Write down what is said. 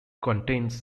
contains